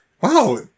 Wow